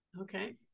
okay